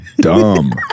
dumb